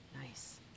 nice